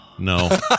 No